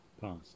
past